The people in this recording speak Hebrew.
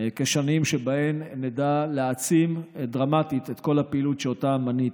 כשנים שבהן נדע להעצים דרמטית את כל הפעילות שפירטתי.